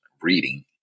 reading